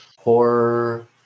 horror